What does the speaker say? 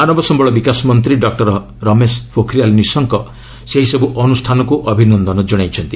ମାନବ ସମ୍ଭଳ ବିକାଶ ମନ୍ତ୍ରୀ ଡକ୍ଟର ରମେଶ ପୋଖରିୟାଲ୍ ନିଶଙ୍କ ସେହିସବୁ ଅନୁଷ୍ଠାନକୁ ଅଭିନନ୍ଦନ ଜଣାଇଛନ୍ତି